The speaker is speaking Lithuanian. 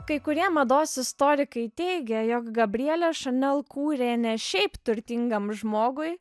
kai kurie mados istorikai teigia jog gabrielė chanel kūrė ne šiaip turtingam žmogui